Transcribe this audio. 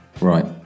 Right